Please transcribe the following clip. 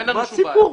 אין לנו שום בעיה.